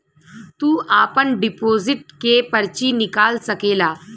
तू आपन डिपोसिट के पर्ची निकाल सकेला